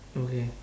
okay